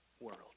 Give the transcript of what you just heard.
world